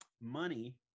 money